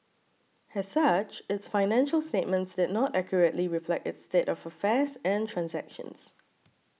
as such its financial statements did not accurately reflect its state of affairs and transactions